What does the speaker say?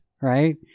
right